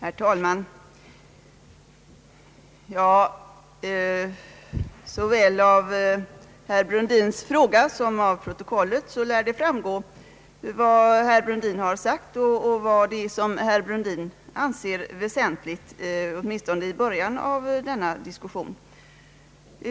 Herr talman! Såväl av herr Brundins fråga som av protokollet lär det framgå vad herr Brundin har sagt och vad det är som han anser väsentligt, åtminstone vad han ansåg väsentligt i början av denna diskussion.